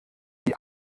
die